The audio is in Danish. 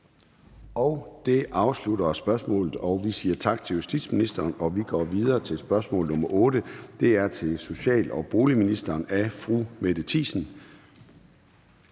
Det afslutter spørgsmålet, og vi siger tak til justitsministeren. Vi går videre til spørgsmål nr. 8. Det er til social- og boligministeren af fru Mette Thiesen.